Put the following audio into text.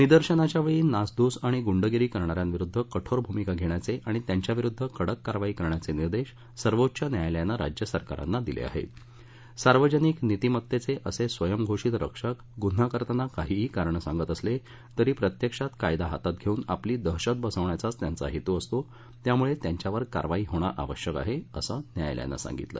निदर्शनांच्यावछी नासधूस आणि गुंडगिरी करणा यांविरुद्ध कठोर भूमिका घष्ठाचञिणि त्यांच्याविरुद्ध कडक कारवाई करण्याचञिदेश सर्वोच्च न्यायालयानं राज्यसरकारांना दिल आहेत सार्वजनिक नीतिमत्तद्व असस्तियंघोषित रक्षक गुन्हा करताना काहीही कारण सांगत असल तरी प्रत्यक्षात कायदा हातात घस्तिन आपली दहशत बसवण्याचाच त्यांचा हस्तू असतो त्यामुळ वियांच्यावर कारवाई होणं आवश्यक आह असं न्यायालयानं सांगितलं